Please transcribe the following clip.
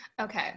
Okay